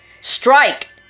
Strike